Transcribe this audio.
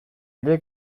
ere